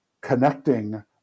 connecting